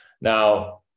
Now